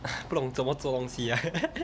不懂怎么做东西 ah